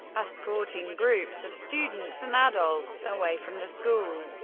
escorting groups of students and adults away from the school.